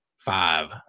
five